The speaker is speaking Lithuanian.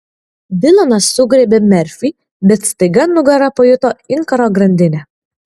dilanas sugriebė merfį bet staiga nugara pajuto inkaro grandinę